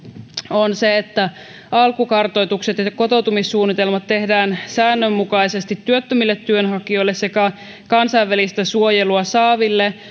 on se että alkukartoitukset ja kotoutumissuunnitelmat tehdään säännönmukaisesti työttömille työnhakijoille sekä kansainvälistä suojelua saaville